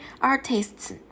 artists